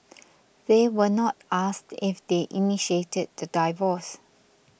they were not asked if they initiated the divorce